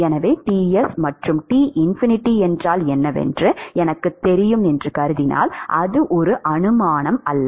எனவே Ts மற்றும் T ∞ என்றால் என்னவென்று எனக்குத் தெரியும் என்று கருதினால் அது ஒரு அனுமானம் அல்ல